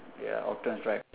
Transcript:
ya optimus prime